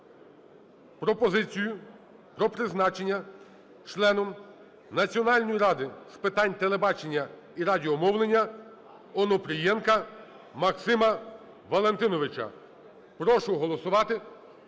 пропозицію про призначення членом Національної ради з питань телебачення і радіомовлення Онопрієнка Максима Валентиновича. Прошу голосувати,